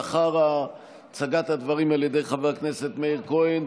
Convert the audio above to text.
לאחר הצגת הדברים על ידי חבר הכנסת מאיר כהן,